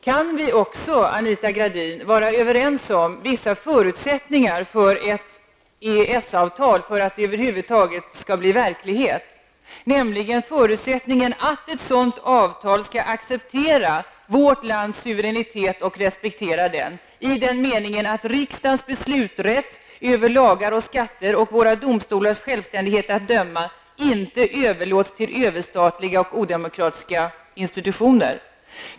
Kan vi också, Anita Gradin, vara överens om vissa förutsättningar för att ett EES-avtal över huvud taget skall bli verklighet, nämligen förutsättningen att ett sådant avtal skall acceptera vårt lands suveränitet och respektera den, i den meningen att riksdagens beslutsrätt över lagar och skatter och våra domstolars självständighet att döma inte överlåts till överstatliga och odemokratiska institutioner?